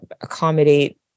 accommodate